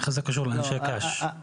איך זה קשור לאנשי קש?